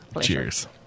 Cheers